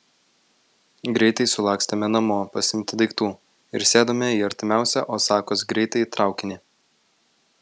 greitai sulakstėme namo pasiimti daiktų ir sėdome į artimiausią osakos greitąjį traukinį